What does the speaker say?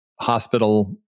hospital